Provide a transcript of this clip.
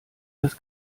das